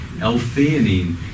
L-theanine